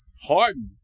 hardened